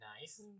Nice